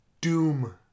doom